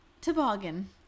toboggan